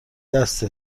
دست